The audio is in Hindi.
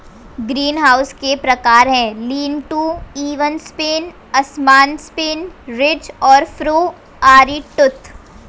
ग्रीनहाउस के प्रकार है, लीन टू, इवन स्पेन, असमान स्पेन, रिज और फरो, आरीटूथ